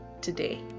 today